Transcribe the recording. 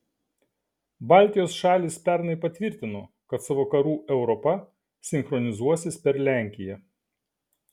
baltijos šalys pernai patvirtino kad su vakarų europa sinchronizuosis per lenkiją